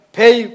pay